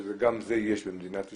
שגם זה יש במדינת ישראל,